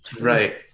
Right